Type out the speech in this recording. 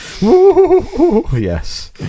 Yes